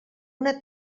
una